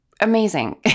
Amazing